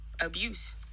abuse